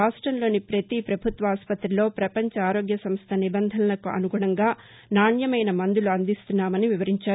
రాష్టంలోని పతి పభుత్వ ఆస్పతిలో ప్రపంచ ఆరోగ్య సంస్థ నిబంధనలకు అసుగుణంగా నాణ్యమైన మందులు అందిస్తున్నామని వివరించారు